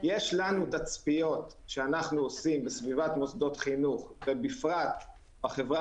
יש לנו תצפיות שאנחנו עושים בסביבת מוסדות חינוך ובפרט בחברה